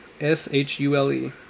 S-H-U-L-E